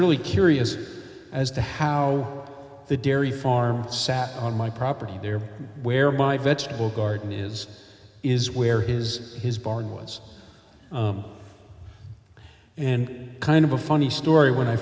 really curious as to how the dairy farm sat on my property there where my vegetable garden is is where his his barn was and kind of a funny story when i